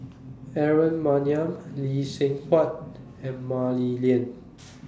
Aaron Maniam Lee Seng Huat and Mah Li Lian